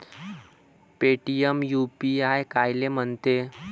Paytm UPI कायले म्हनते?